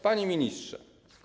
Panie Ministrze!